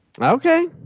Okay